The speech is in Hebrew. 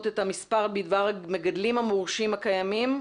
את המספר בדבר המגדלים המורשים הקיימים,